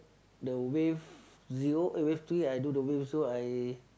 the wave zero eh wave three I do the wave also I